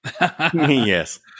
Yes